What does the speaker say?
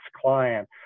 client